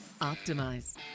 optimize